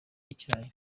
icyayi